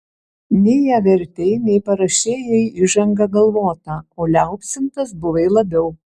nei ją vertei nei parašei jai įžangą galvotą o liaupsintas buvai labiau